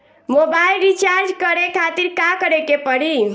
Mobile recharge करे खातिर का करे के पड़ी?